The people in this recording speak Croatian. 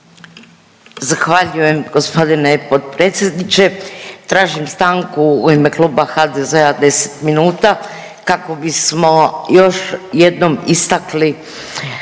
Zahvaljujem gospodine potpredsjedniče. Tražim stanku u ime Kluba HDZ-a 10 minuta kako bismo još jednom istakli